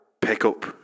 pickup